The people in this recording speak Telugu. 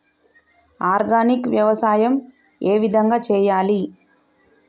ఆర్గానిక్ వ్యవసాయం ఏ విధంగా చేయాలి?